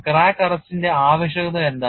crack അറസ്റ്റിന്റെ ആവശ്യകത എന്താണ്